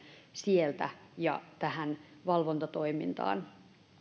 sieltä resursseja poliisille tähän valvontatoimintaan